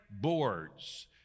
boards